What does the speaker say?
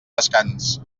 descans